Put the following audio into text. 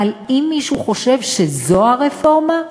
אבל אם מישהו חושב שזו הרפורמה,